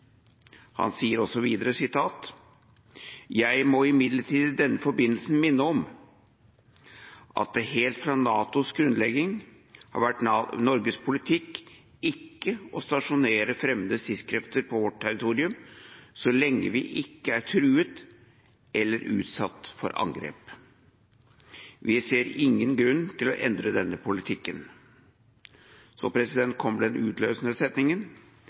Han sa videre: «Jeg må imidlertid i denne forbindelse minne om at det helt fra NATO’s grunnlegging har vært Norges politikk ikke å stasjonere fremmede stridskrefter på vårt territorium så lenge vi ikke er truet av eller utsatt for angrep. Vi ser ingen grunn til å endre denne politikk.» Så kommer den utløsende